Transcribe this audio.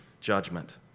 judgment